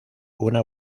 una